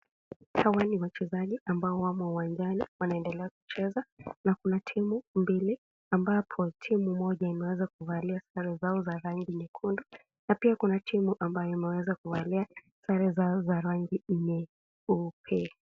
Hawa ni wachezaji ambao wamo uwanjani wanaendelea kucheza na kuna timu mbili ambapo timu moja imeweza kuvalia sare zao za rangi nyekundu na pia kuna timu ambayo imeweza kuvalia sare zao za rangi nyeupe.